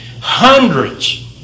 hundreds